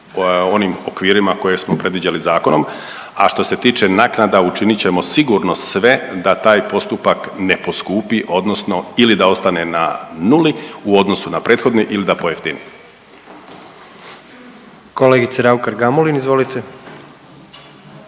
onim okvirima koje smo predviđali zakonom. A što se tiče naknada učinit ćemo sigurno sve da taj postupak ne poskupi ili da ostane na nuli u odnosu na prethodni ili da pojeftini. **Jandroković, Gordan